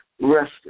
rested